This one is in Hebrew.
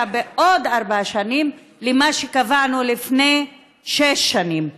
אפילו בעוד ארבע שנים למה שקבענו לפני שש שנים.